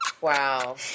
Wow